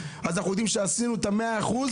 אז אנחנו יודעים שעשינו את המאה אחוז